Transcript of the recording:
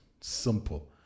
simple